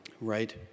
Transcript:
right